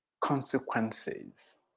consequences